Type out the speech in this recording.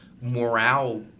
morale